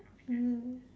mm